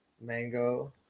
Mango